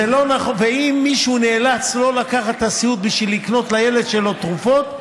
ואם מישהו נאלץ לא לקחת את הסיעוד בשביל לקנות לילד שלו תרופות,